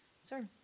Sir